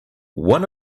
one